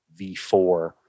V4